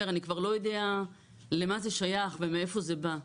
'אני כבר לא יודע למה זה שייך ומאיפה זה בא'.